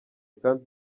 kandi